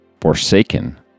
Forsaken